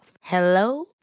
Hello